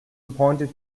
appointed